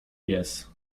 pies